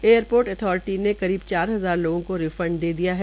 airport authority ने करीब चार हजार लोगों को रिफंड दे दिया है